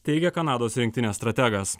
teigia kanados rinktinės strategas